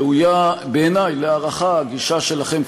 ראויה להערכה הגישה שלכם,